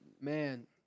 Man